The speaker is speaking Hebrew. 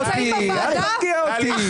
אל תרגיע אותי.